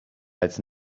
als